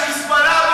ל"חיזבאללה",